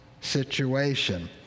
situation